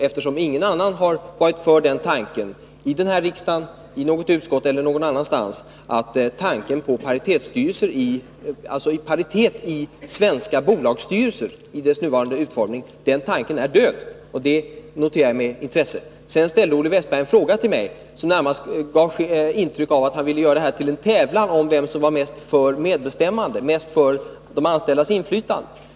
Eftersom ingen annan har varit för tanken i den här riksdagen, i något utskott eller någon annanstans, innebär det att tanken på paritet i svenska bolagsstyrelser i dess nuvarande utformning är död. Det noterar jag med intresse. Sedan ställde Olle Wästberg i Stockholm en fråga till mig, som närmast gav intryck av att han ville göra det här till en tävlan om vem som var mest för medbestämmande och för de anställdas inflytande.